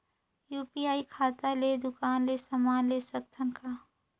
UPI खाता ले दुकान ले समान ले सकथन कौन?